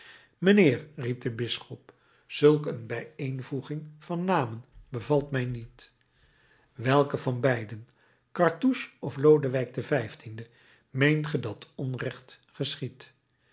mijnheer riep de bisschop zulk een bijeenvoeging van namen bevalt mij niet welken van beiden cartouche of lodewijk xv meent ge dat onrecht geschiedt